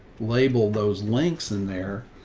label those links in there.